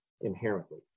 inherently